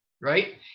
right